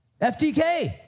FTK